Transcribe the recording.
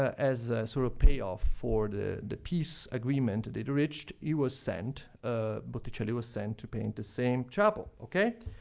as a sort of payoff for the the peace agreement they'd reached, he was sent botticelli was sent to paint the same chapel. okay?